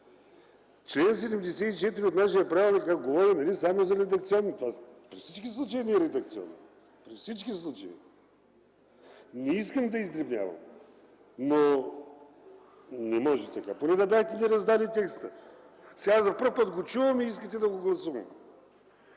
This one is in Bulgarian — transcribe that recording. Член 74 от нашия правилник, ако говорим, е само за редакционни – това при всички случаи не е редакционно. При всички случаи! Не искам да издребнявам, но не може така. Поне да бяхте ни раздали текста. Сега за пръв път го чувам и искате да го гласувам.